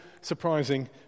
surprising